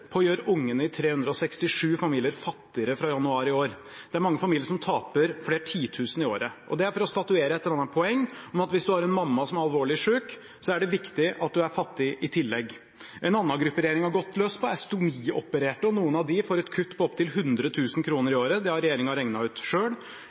på å gjøre ungene i 367 familier fattigere fra januar i år. Det er mange familier som taper flere titusen i året – og det for å statuere et eller annet poeng om at hvis du har en mamma som er alvorlig syk, er det viktig at du er fattig i tillegg. En annen gruppe regjeringen har gått løs på, er stomiopererte. Noen av dem får et kutt på opptil